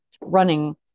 running